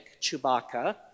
Chewbacca